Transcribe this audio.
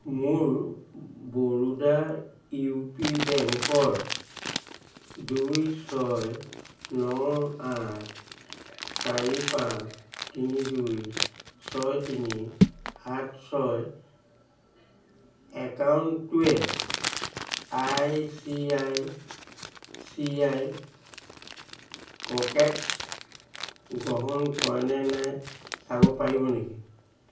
মোৰ Baroda U P বেংকৰ দুই ছয় ন আঠ চাৰি পাঁচ তিনি দুই ছয় তিনি সাত ছয় একাউণ্টটোৱে I C I C I pockets গ্ৰহণ কৰে নে নাই চাব পাৰিব নেকি